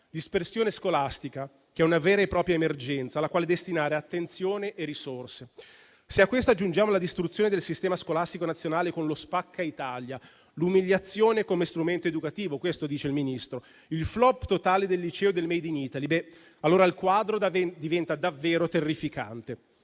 dispersione scolastica. Quest'ultima è una vera e propria emergenza alla quale destinare attenzione e risorse. Se a questo aggiungiamo la distruzione del sistema scolastico nazionale con lo spacca-Italia, l'umiliazione come strumento educativo - questo dice il Ministro - il flop totale del liceo del *made in Italy*, allora il quadro diventa davvero terrificante.